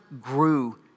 grew